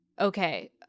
okay